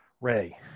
ray